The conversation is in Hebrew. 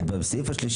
ובסעיף (3),